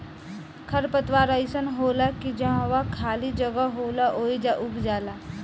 खर पतवार अइसन होला की जहवा खाली जगह होला ओइजा उग जाला